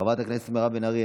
חברת הכנסת מירב בן ארי,